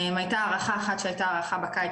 הייתה הארכה אחת שהייתה הארכה בקיץ,